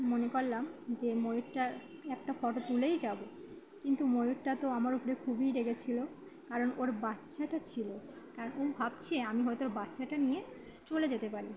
মনে করলাম যে ময়ূরটার একটা ফোটো তুলেই যাব কিন্তু ময়ূরটা তো আমার উপরে খুবই রেগেছিল কারণ ওর বাচ্চাটা ছিল কারণ ও ভাবছে আমি হয়তো ওর বাচ্চাটা নিয়ে চলে যেতে পারি